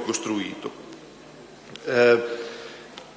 costruito.